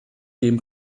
dem